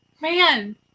man